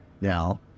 now